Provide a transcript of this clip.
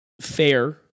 fair